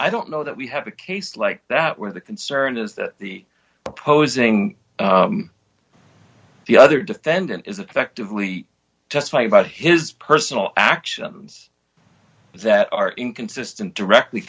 i don't know that we have a case like that where the concern is that the opposing the other defendant is effectively just lying about his personal actions that are inconsistent directly